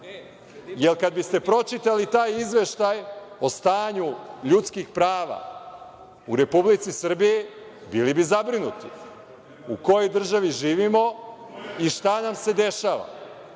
jer kada biste pročitali taj izveštaj o stanju ljudskih prava u Republici Srbiji, bili bi zabrinuti u kojoj državi živimo i šta nam se dešava,